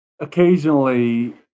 occasionally